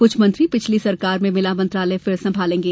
कुछ मंत्री पिछले सरकार में मिला मंत्रालय फिर संभालेंगे